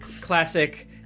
classic